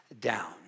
down